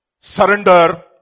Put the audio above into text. surrender